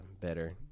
better